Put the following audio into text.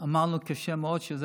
עמלנו קשה מאוד על זה.